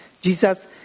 Jesus